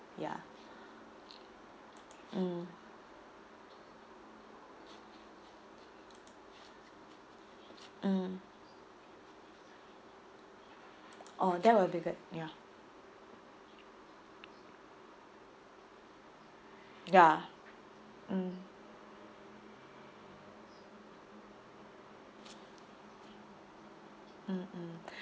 ya mm mm oh that will be good ya ya mm mm mm